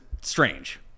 strange